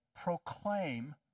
proclaim